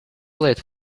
late